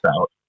out